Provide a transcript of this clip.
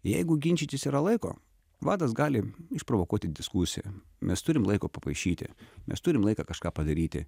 jeigu ginčytis yra laiko vadas gali išprovokuoti diskusiją mes turim laiko papaišyti nes turim laiką kažką padaryti